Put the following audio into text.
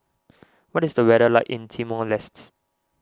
what is the weather like in Timor Lestes